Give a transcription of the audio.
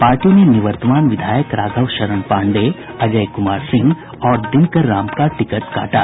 party ने निवर्तमान विधायक राघव शरण पांडेय अजय कुमार सिंह और दिनकर राम का टिकट काटा